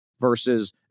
versus